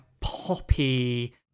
poppy